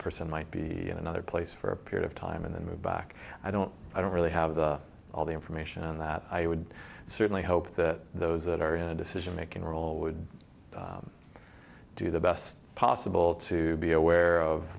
person might be in another place for a period of time and then move back i don't i don't really have the all the information and that i would certainly hope that those that are in a decision making role would do the best possible to be aware of